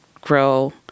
grow